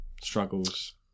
struggles